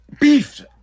Beef